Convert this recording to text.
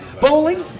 Bowling